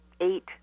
eight